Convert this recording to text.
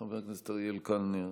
חבר הכנסת אריאל קלנר,